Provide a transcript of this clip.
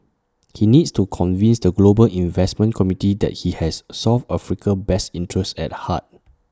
he needs to convince the global investment community that he has south Africa's best interests at heart